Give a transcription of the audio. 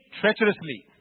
treacherously